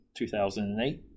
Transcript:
2008